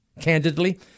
Candidly